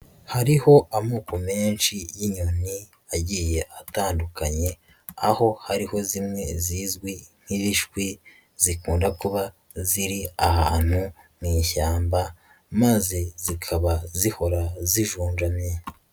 Hariho amoko menshi y'inyoni agiye atandukanye, aho hariho zimwe zizwi nk'ibishwi, zikunda kuba ziri ahantu mu ishyamba, maze zikaba zihora zijunjamye.